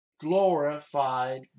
glorified